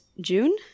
June